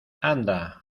anda